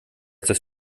dass